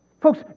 Folks